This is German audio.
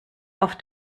auf